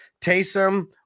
Taysom